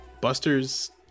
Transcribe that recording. Busters